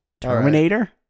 Terminator